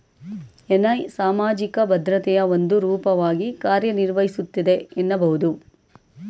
NI ಸಾಮಾಜಿಕ ಭದ್ರತೆಯ ಒಂದು ರೂಪವಾಗಿ ಕಾರ್ಯನಿರ್ವಹಿಸುತ್ತೆ ಎನ್ನಬಹುದು